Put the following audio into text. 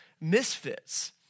misfits